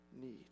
need